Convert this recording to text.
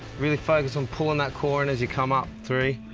really focus on pulling that core in as you come up. three.